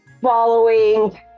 following